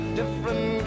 different